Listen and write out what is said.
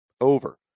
over